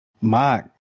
mike